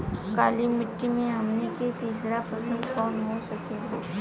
काली मिट्टी में हमनी के तीसरा फसल कवन हो सकेला?